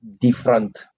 different